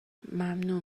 ممنون